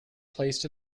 placed